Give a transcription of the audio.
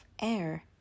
air